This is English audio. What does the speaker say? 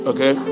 Okay